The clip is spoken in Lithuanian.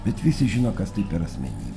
bet visi žino kas tai per asmenybė